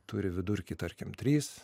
turi vidurkį tarkim trys